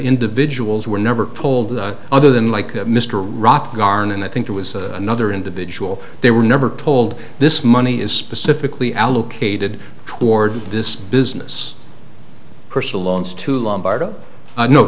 individuals were never told that other than like mr rock garner and i think it was another individual they were never told this money is specifically allocated toward this business personal loans to lombardo